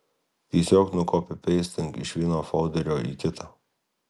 tiesiog nukopipeistink iš vieno folderio į kitą